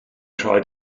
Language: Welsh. rhaid